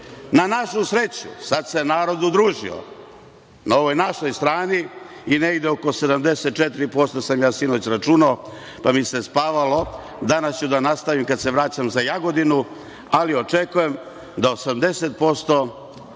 Na našu sreću, sad se narod udružio, na ovoj našoj strani je negde oko 74%, sinoć sam računao, pa mi se spavalo. Danas ću da nastavim kad se vraćam za Jagodinu. Ali, očekujem da 80%